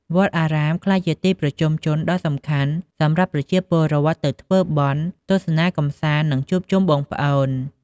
វត្តអារាមក្លាយជាទីប្រជុំជនដ៏សំខាន់សម្រាប់ប្រជាពលរដ្ឋទៅធ្វើបុណ្យ ទស្សនាកម្សាន្ត និងជួបជុំបងប្អូន។